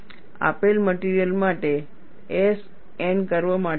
આપેલ મટિરિયલ માટે S N curve માટે શોધો